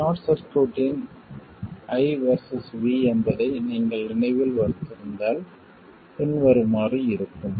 short சர்க்யூட்டின் I versus V என்பதை நீங்கள் நினைவில் வைத்திருந்தால் பின்வருமாறு இருக்கும்